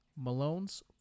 Malone's